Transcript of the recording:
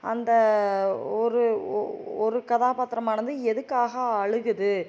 அந்த ஒரு ஒ ஒரு கதாபாத்தரமானது எதுக்காக அழுகுது